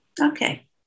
Okay